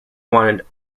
wanted